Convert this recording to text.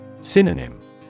Synonym